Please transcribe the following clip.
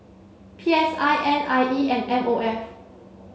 P S I N I E and M O F